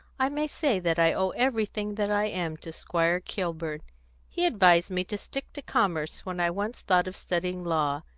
i may say that i owe everything that i am to squire kilburn he advised me to stick to commerce when i once thought of studying law.